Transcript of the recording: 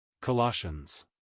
Colossians